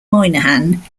moynihan